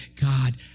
God